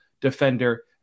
defender